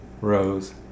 Rose